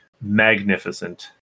magnificent